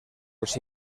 los